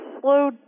slow